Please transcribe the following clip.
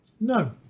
No